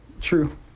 True